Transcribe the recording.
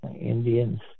Indians